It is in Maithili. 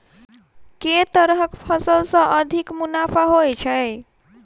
केँ तरहक फसल सऽ अधिक मुनाफा होइ छै?